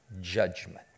judgment